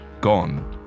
Gone